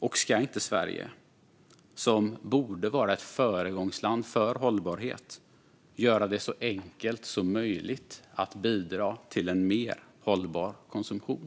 Och ska inte Sverige, som borde vara ett föregångsland för hållbarhet, göra det så enkelt som möjligt att bidra till en mer hållbar konsumtion?